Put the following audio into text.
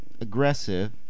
aggressive